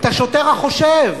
את השוטר החושב.